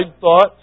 thoughts